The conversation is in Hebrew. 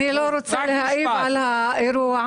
אני לא רוצה להעיב על האירוע.